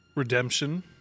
Redemption